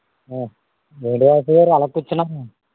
ఏంటి వాసుగారు అలా కుర్చున్నారు